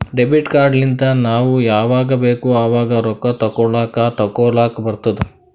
debit card ಲಿಂತ್ ನಾವ್ ಯಾವಾಗ್ ಬೇಕ್ ಆವಾಗ್ ರೊಕ್ಕಾ ತೆಕ್ಕೋಲಾಕ್ ತೇಕೊಲಾಕ್ ಬರ್ತುದ್